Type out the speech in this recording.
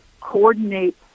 coordinate